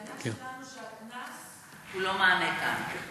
הטענה שלנו היא שהקנס הוא לא מענה כאן.